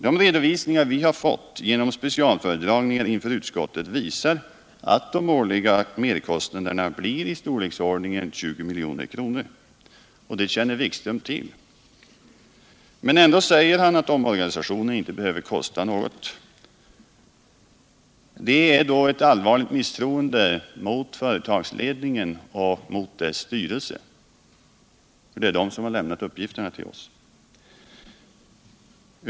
De redovisningar vi har fått genom specialföredragningar inför utskottet visar att de årliga merkostnaderna blir i storleksordningen 20 milj.kr., och det känner Jan-Erik Wikström till. Men ändå säger han att omorganisationen inte behöver kosta något. Det måste då vara uttryck för ett allvarligt misstroende mot företagsledningen och företagets styrelse — det är de som har lämnat uppgifterna till oss.